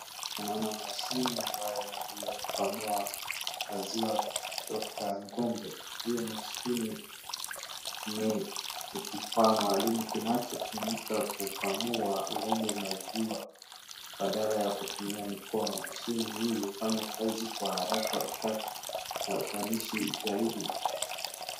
Naona mashini ambayo inatumiwa kukamaua maziwa kutoka ng'ombe. Hiyo mashini ni kifaa maalum kinachotumika kukamua ng'ombe maziwa badala ya kutumia mikono. Mashini hii hufanya kazi kwa haraka na ufanisi zaidi.